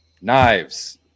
knives